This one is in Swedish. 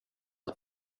att